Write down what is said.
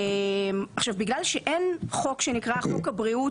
בגלל שאין חוק שנקרא "חוק הבריאות"